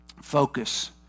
focus